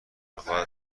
خواهد